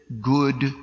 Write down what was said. good